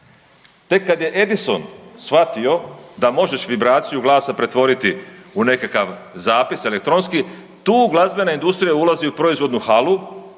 Tek kad je Edison shvatio da možeš vibraciju glasa pretvoriti u nekakav zapis elektronski, tu glazbena industrija ulazi u proizvodnu halu,